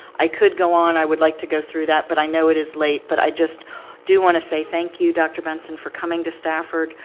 i could go on. i would like to go through that. but i know it is late. but i just do want to say thank you, dr. benson for coming to stafford.